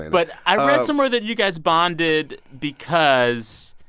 but i read somewhere that you guys bonded because